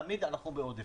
תמיד אנחנו בעודף.